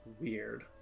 weird